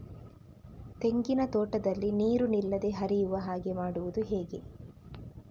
ತೆಂಗಿನ ತೋಟದಲ್ಲಿ ನೀರು ನಿಲ್ಲದೆ ಹರಿಯುವ ಹಾಗೆ ಮಾಡುವುದು ಹೇಗೆ?